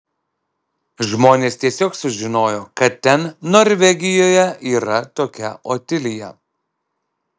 žmonės tiesiog sužinojo kad ten norvegijoje yra tokia otilija